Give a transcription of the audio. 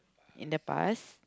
in the past